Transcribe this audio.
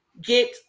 get